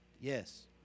yes